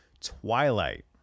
Twilight